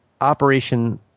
operation